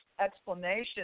explanation